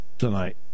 Tonight